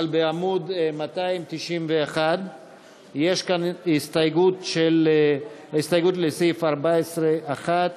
אבל בעמוד 291 יש הסתייגות לסעיף 14(1)